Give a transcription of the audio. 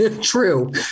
True